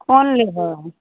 कोन लेबै